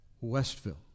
Westville